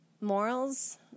morals